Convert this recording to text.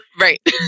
Right